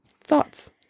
Thoughts